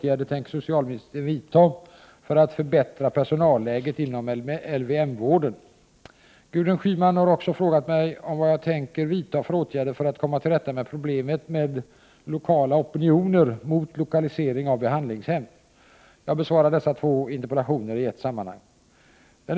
Gudrun Schyman har också frågat mig om vad jag tänker vidta för åtgärder för att komma till rätta med problemet med lokala opinioner mot lokalisering av behandlingshem. Jag besvarar dessa två interpellationer i ett sammanhang.